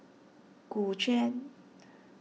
Gu Juan